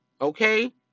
Okay